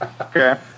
Okay